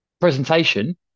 presentation